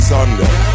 Sunday